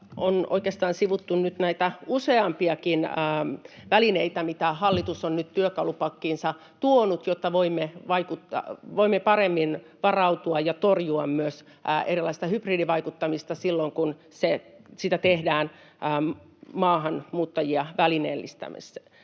on oikeastaan sivuttu näitä useampiakin välineitä, mitä hallitus on nyt työkalupakkiinsa tuonut, jotta voimme paremmin varautua ja torjua myös erilaista hybridivaikuttamista silloin, kun sitä tehdään maahanmuuttajien välineellistämistarkoituksessa.